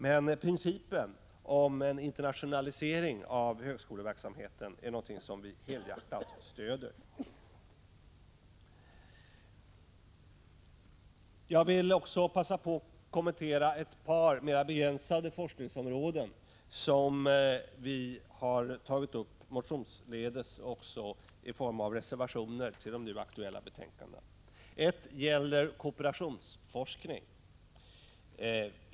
Men principen om en internationalisering av högskoleverksamheten är någonting som vi helhjärtat stöder. Jag vill också passa på att kommentera ett par mera begränsade forskningsområden som vi har tagit upp motionsledes och också i form av reservationer till de nu aktuella betänkandena. 95 Ett forskningsområde gäller kooperationsforskning.